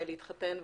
להתחתן,